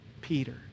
Peter